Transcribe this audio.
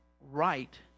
right